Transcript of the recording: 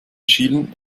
schielen